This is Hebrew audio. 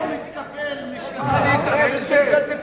אני לא מבין.